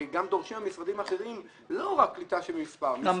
הרי גם דורשים מהמשרדים האחרים לא רק קליטה במספר אלא גם